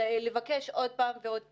לבקש עוד פעם ועוד פעם.